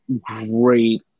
great